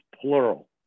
plural